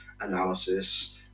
analysis